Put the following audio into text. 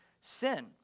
sin